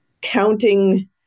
counting